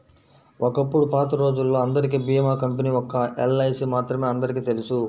ఒకప్పుడు పాతరోజుల్లో అందరికీ భీమా కంపెనీ ఒక్క ఎల్ఐసీ మాత్రమే అందరికీ తెలుసు